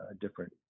different